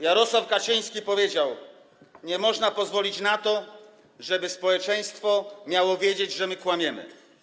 Jarosław Kaczyński powiedział: nie można pozwolić na to, żeby społeczeństwo miało wiedzieć, że my kłamiemy.